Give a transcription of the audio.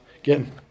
again